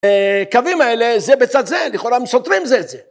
קווים האלה, זה בצד זה, לכאורה הם סותרים זה זה.